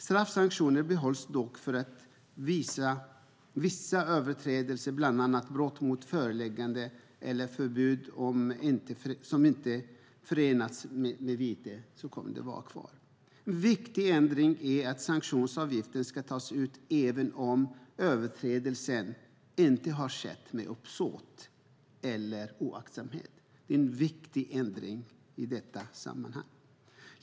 Straffsanktioner behålls dock för vissa överträdelser, bland annat brott mot föreläggande eller förbud som inte förenats med vite. De kommer att vara kvar. En viktig ändring i detta sammanhang är att sanktionsavgiften ska tas ut även om överträdelsen inte har skett med uppsåt eller av oaktsamhet.